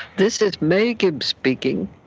this is may gibbs speaking.